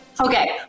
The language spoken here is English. Okay